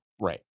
right